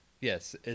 Yes